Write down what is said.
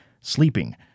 sleeping